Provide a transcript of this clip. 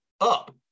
up